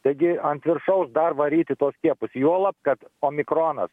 taigi ant viršaus dar varyti tuos skiepus juolab kad omikronas